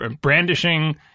brandishing